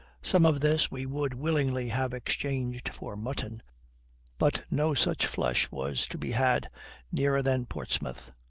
some of this we would willingly have exchanged for mutton but no such flesh was to be had nearer than portsmouth,